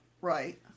Right